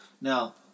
Now